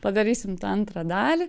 padarysim tą antrą dalį